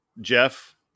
Jeff